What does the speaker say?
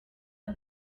are